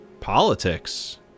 politics